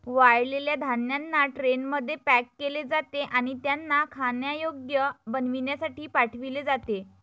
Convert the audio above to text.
वाळलेल्या धान्यांना ट्रेनमध्ये पॅक केले जाते आणि त्यांना खाण्यायोग्य बनविण्यासाठी पाठविले जाते